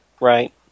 Right